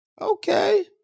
Okay